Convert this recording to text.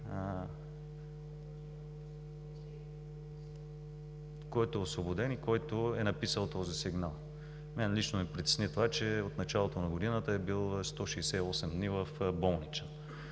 който е освободен и който е написал този сигнал. Лично мен ме притесни това, че от началото на годината е бил 168 дни в болнични.